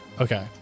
Okay